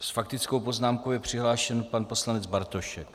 S faktickou poznámkou je přihlášen pan poslanec Bartošek.